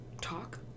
talk